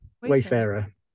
Wayfarer